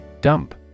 Dump